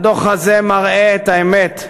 הדוח הזה מראה את האמת,